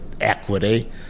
equity